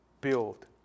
build